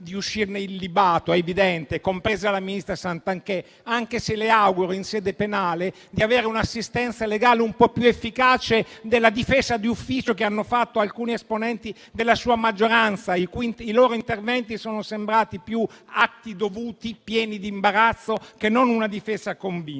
di uscirne illibato - è evidente - compresa la ministra Santanchè, anche se le auguro in sede penale di avere un'assistenza legale un po' più efficace della difesa di ufficio che hanno fatto alcuni esponenti della sua maggioranza, i cui interventi sono sembrati più atti dovuti pieni di imbarazzo, che non una difesa convinta.